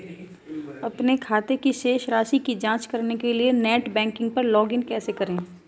अपने खाते की शेष राशि की जांच करने के लिए नेट बैंकिंग पर लॉगइन कैसे करें?